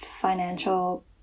financial